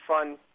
fun